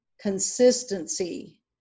consistency